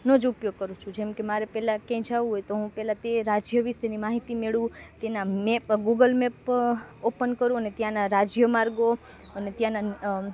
નો જ ઉપયોગ કરું છું જેમકે મારે પહેલાં ક્યાંય જવું હોય તો હું પહેલાં તે રાજ્ય વિષેની માહિતી મેળવું તેના મેપ ગૂગલ મેપ ઓપન કરું આને ત્યાંનાં રાજ્ય માર્ગો અને ત્યાંનાં